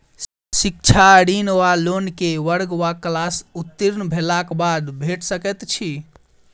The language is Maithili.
शिक्षा ऋण वा लोन केँ वर्ग वा क्लास उत्तीर्ण भेलाक बाद भेट सकैत छी?